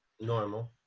Normal